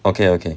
okay okay